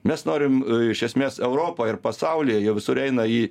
mes norim iš esmės europoj ir pasaulyje jau visur eina į